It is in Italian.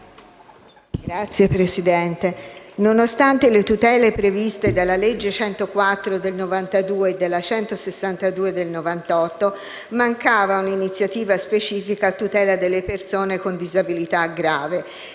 Signora Presidente, nonostante le tutele previste dalla legge n. 104 del 1992 e dalla legge n. 162 del 1998, mancava un'iniziativa specifica a tutela delle persone con disabilità grave